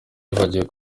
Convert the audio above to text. yibagiwe